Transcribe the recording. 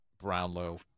Brownlow